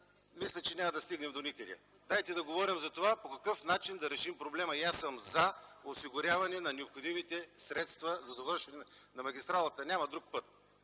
мисля, че няма да стигнем доникъде. Дайте да говорим за това по какъв начин да решим проблема. И аз съм за осигуряване на необходимите средства за довършване на магистралата. Няма друг път.